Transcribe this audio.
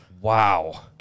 Wow